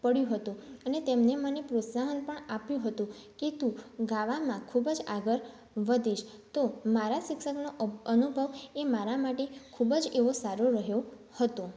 પડ્યું હતું અને તેમણે મને પ્રોત્સાહન પણ આપ્યું હતું કે તું ગાવામાં ખૂબ જ આગળ વધીશ તો મારા શિક્ષકનો અભ અનુભવ એ મારા માટે ખૂબ જ એવો સારો રહ્યો હતો